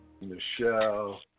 Michelle